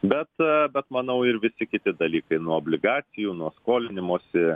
bet bet manau ir visi kiti dalykai nuo obligacijų nuo skolinimosi